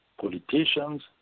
politicians